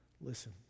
Listen